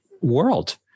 world